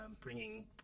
bringing